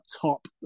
top